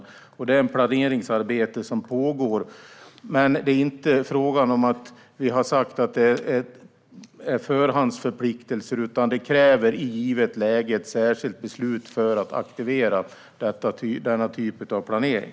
Det är ett pågående planeringsarbete. Det är inte fråga om förhandsförpliktelser utan det kräver i ett givet läge ett särskilt beslut för att aktivera den typen av planering.